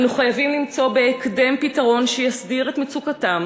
אנו חייבים למצוא בהקדם פתרון שיסדיר את מצוקתם